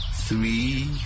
three